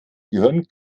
gehirn